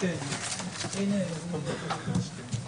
בשעה 11:11 ונתחדשה בשעה 11:16.)